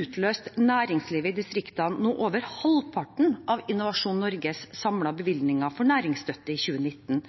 utløste næringslivet i distriktene over halvparten av Innovasjon Norges samlede bevilgninger for næringsstøtte i 2019.